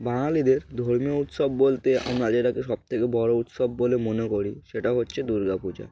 বাঙালিদের ধর্মীয় উৎসব বলতে আমরা যেটাকে সবথেকে বড়ো উৎসব বলে মনে করি সেটা হচ্ছে দুর্গা পূজা